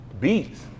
beats